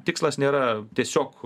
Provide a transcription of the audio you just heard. tikslas nėra tiesiog